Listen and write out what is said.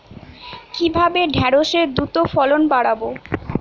কিভাবে ঢেঁড়সের দ্রুত ফলন বাড়াব?